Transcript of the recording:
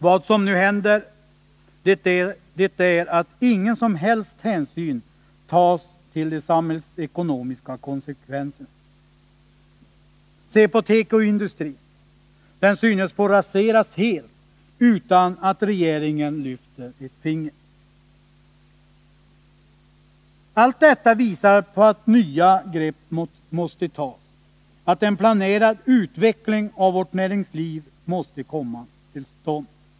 Vad som nu händer är att ingen som helst hänsyn tas till de samhällsekonomiska konsekvenserna. Se på tekoindustrin — den synes få raseras helt utan att regeringen lyfter ett finger. Allt detta visar att nya grepp måste tas, att en planerad utveckling av vårt näringsliv måste komma till stånd.